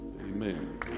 Amen